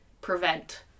prevent